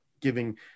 giving